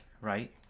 right